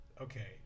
Okay